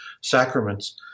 sacraments